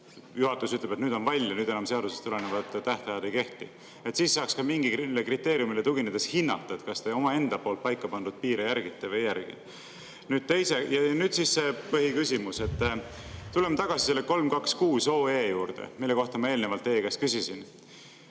juhatus ütleb, et nüüd on vall ja nüüd enam seadusest tulenevad tähtajad ei kehti? [Seda teades] saaks mingile kriteeriumile tuginedes hinnata, kas te omaenda poolt paika pandud piire järgite või ei järgi. Nüüd siis põhiküsimus. Tulen tagasi selle 326 OE juurde, mille kohta ma eelnevalt teie käest küsisin.